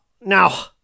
Now